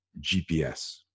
GPS